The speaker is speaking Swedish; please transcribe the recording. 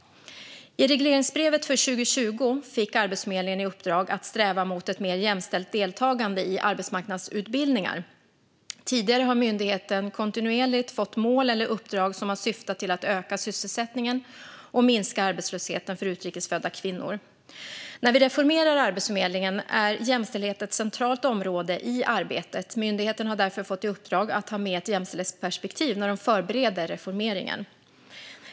I regleringsbrevet för 2020 fick Arbetsförmedlingen i uppdrag att sträva mot ett mer jämställt deltagande i arbetsmarknadsutbildningar. Tidigare har myndigheten kontinuerligt fått mål eller uppdrag som har syftat till att öka sysselsättningen och minska arbetslösheten för utrikes födda kvinnor. När vi reformerar Arbetsförmedlingen är jämställdhet ett centralt område i arbetet. Myndigheten har därför fått i uppdrag att ha med ett jämställdhetsperspektiv när den förbereder reformeringen.